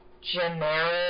generic